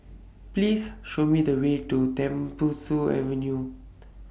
Please Show Me The Way to Tembusu Avenue